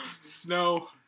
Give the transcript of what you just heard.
Snow